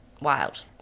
wild